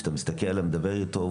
כשאתה מסתכל עליו ומדבר איתו,